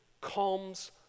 calms